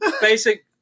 basic